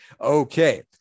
Okay